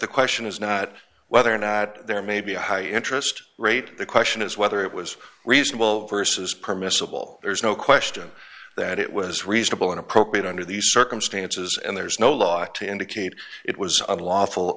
the question is not whether or not there may be a high interest rate the question is whether it was reasonable versus permissible there's no question that it was reasonable and appropriate under these circumstances and there's no law to indicate it was unlawful